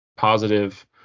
positive